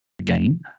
again